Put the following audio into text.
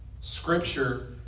Scripture